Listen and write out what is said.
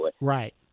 Right